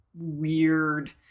weird